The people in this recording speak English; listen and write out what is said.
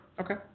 Okay